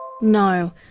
No